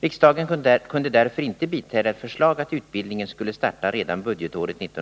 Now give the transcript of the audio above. Riksdagen kunde därför inte biträda ett förslag att utbildningen skulle starta redan budgetåret 1981/82.